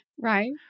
Right